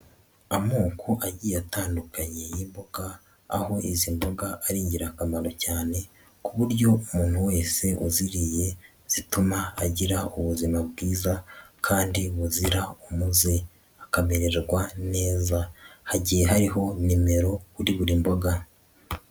Amoko agiye atandukanye y'imboga, aho izi mboga ari ingirakamaro cyane ku buryo umuntu wese uziriye, zituma agira ubuzima bwiza kandi buzira umuze. Akamererwa neza. Hagiye hariho nimero kuri buri mboga.